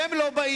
והם לא באים.